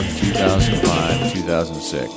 2005-2006